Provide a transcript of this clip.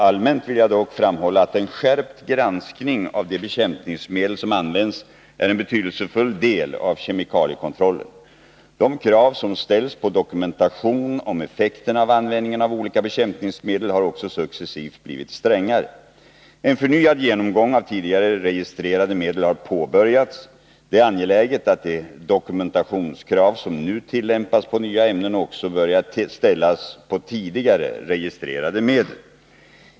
Allmänt vill jag dock framhålla att en skärpt granskning av de bekämpningsmedel som används är en betydelsefull del av kemikaliekontrollen. De krav som ställs på dokumentation om effekterna av användningen av olika bekämpningsmedel har också successivt blivit strängare. En förnyad genomgång av tidigare registrerade medel har påbörjats. Det är angeläget att de dokumentationskrav som nu tillämpas på nya ämnen också börjar ställas på tidigare registrerade medel.